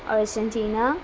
Argentina